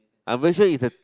I'm very sure it's a